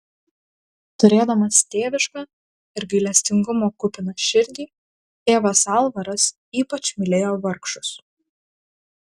turėdamas tėvišką ir gailestingumo kupiną širdį tėvas alvaras ypač mylėjo vargšus